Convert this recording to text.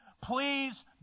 please